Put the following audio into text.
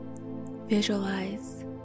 Visualize